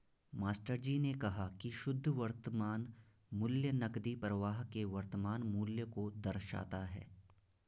मास्टरजी ने कहा की शुद्ध वर्तमान मूल्य नकदी प्रवाह के वर्तमान मूल्य को दर्शाता है